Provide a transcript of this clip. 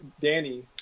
Danny